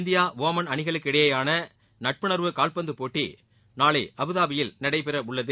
India Oman அணிகளுக்கு இடையேயான நட்புணர்வு காவ்பந்து போட்டி நாளை அபுதாபியில் நடைபெற உள்ளது